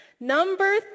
Number